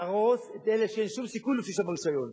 להרוס את אלה שאין שום סיכוי להוציא שם רשיון,